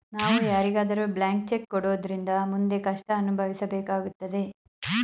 ನಾವು ಯಾರಿಗಾದರೂ blank cheque ಕೊಡೋದ್ರಿಂದ ಮುಂದೆ ಕಷ್ಟ ಅನುಭವಿಸಬೇಕಾಗುತ್ತದೆ